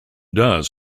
does